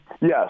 Yes